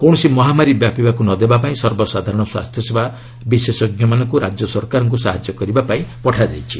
କୌଣସି ମହାମାରୀ ବ୍ୟାପିବାକୁ ନ ଦେବା ପାଇଁ ସର୍ବସାଧାରଣ ସ୍ୱାସ୍ଥ୍ୟ ସେବା ବିଶେଷଜ୍ଞମାନଙ୍କୁ ରାଜ୍ୟ ସରକାରଙ୍କୁ ସାହାଯ୍ୟ କରିବା ପାଇଁ ପଠାଯାଉଛି